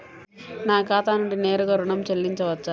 నా ఖాతా నుండి నేరుగా ఋణం చెల్లించవచ్చా?